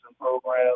programs